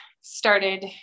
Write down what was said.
started